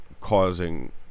causing